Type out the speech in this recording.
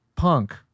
punk